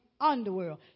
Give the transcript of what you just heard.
underworld